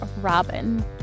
Robin